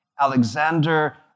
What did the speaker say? Alexander